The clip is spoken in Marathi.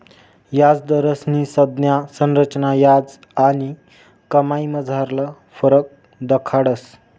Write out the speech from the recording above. याजदरस्नी संज्ञा संरचना याज आणि कमाईमझारला फरक दखाडस